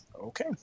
Okay